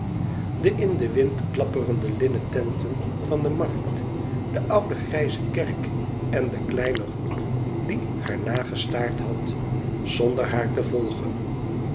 de in den wind klapperende linnen tenten van de markt de oude grijze kerk en de kleme groep die haar nagestaard had zonder haar te volgen